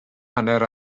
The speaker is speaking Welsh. hanner